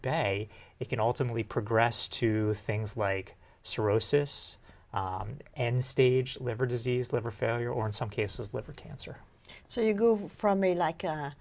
bay it can also be progressed to things like cirrhosis and stage liver disease liver failure or in some cases liver cancer so you go from me like